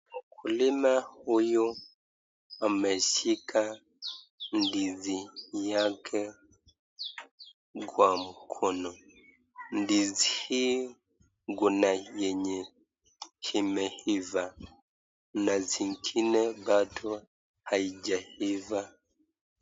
Mkulima huyu ameshika ndizi yake kwa mkono , ndizi hii kuna yenye imeiva na zingine bado hazijaiva.